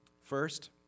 First